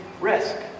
risk